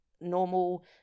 normal